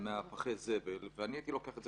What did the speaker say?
מבקשים להעלות את זה